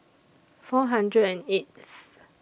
four hundred and eighth